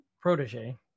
protege